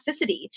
toxicity